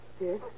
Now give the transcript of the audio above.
Yes